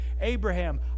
Abraham